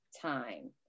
time